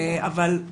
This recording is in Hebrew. אבל הם